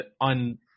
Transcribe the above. on